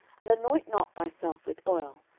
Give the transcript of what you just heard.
and anoint not thyself with oil,